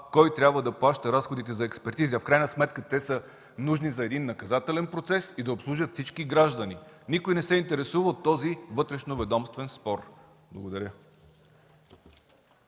кой трябва да плаща разходите за експертиза. В крайна сметка те са нужни за един наказателен процес и да обслужат всички граждани. Никой не се интересува от този вътрешноведомствен спор. Благодаря.